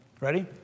Ready